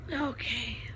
Okay